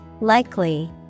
Likely